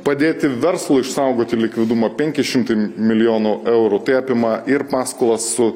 padėti verslui išsaugoti likvidumą penki šimtai milijonų eurų tai apima ir paskolą su